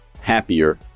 happier